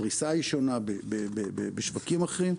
הפריסה היא שונה בשווקים אחרים,